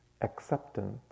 acceptance